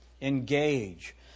engage